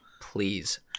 please